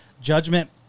judgment